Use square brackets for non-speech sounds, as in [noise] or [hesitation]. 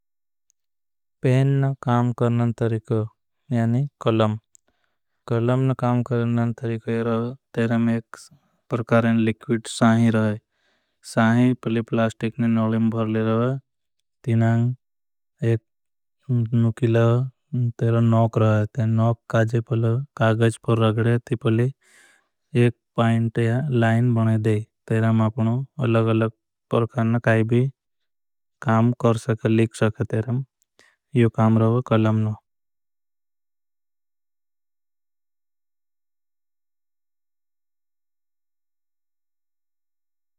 पेन न काम करनन तरीक यानि कलम कलमन काम। करनन तरीक है एक परकारन लिक्विट साही रहा है। साही पलि प्लास्टिकने नओलें भरले रहा है एक। [hesitation] नुकिला तेरो नौक रहा है ते नौक काजे पलि कागज पर। रगडे ती पलि एक पाइंट या लाइन बना दे आपनो अलग। अलग परकारन काई भी काम कर सका लिख सका। तेरम यो काम रहो कलमन।